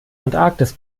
antarktis